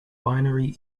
binary